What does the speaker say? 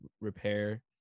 repair